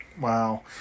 Wow